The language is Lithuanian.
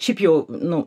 šiaip jau nu